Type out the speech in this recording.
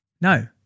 No